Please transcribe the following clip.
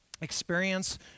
experience